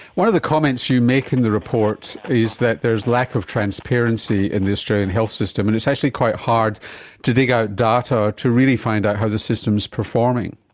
one of the comments you make in the report is that there is lack of transparency in the australian health system, and it's actually quite hard to dig out data to really find out how the system is performing.